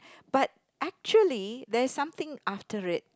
but actually there's something after it